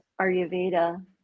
Ayurveda